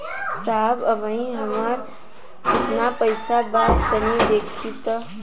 साहब अबहीं हमार कितना पइसा बा तनि देखति?